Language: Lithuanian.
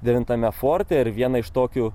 devintame forte ir vieną iš tokių